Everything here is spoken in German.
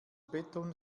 beton